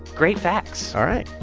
great facts all right.